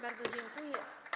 Bardzo dziękuję.